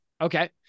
Okay